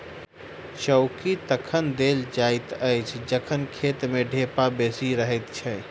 चौकी तखन देल जाइत अछि जखन खेत मे ढेपा बेसी रहैत छै